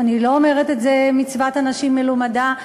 אני לא אומרת את זה מצוות אנשים מלומדה,